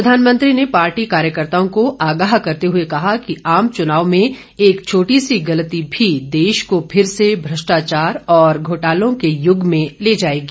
प्रधानमंत्री ने पार्टी कार्यकर्ताओं को आगाह करते हुए कहा कि आम चुनाव में एक छोटी सी गलती भी देश को फिर से भ्रष्टाचार और घोटालों के युग में ले जाएगी